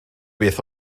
beth